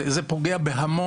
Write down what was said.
זה תלוי באישה,